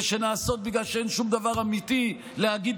ושנעשות בגלל שאין שום דבר אמיתי להגיד